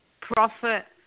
profit